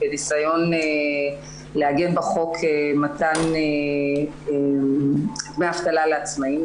בניסיון לעגן בחוק מתן דמי אבטלה לעצמאיים.